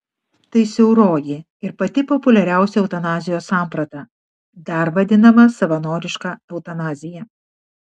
tai siauroji ir pati populiariausia eutanazijos samprata dar vadinama savanoriška eutanazija